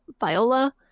Viola